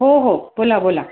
हो हो बोला बोला